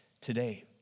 today